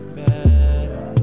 better